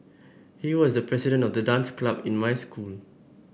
he was the president of the dance club in my school